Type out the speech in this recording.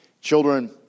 children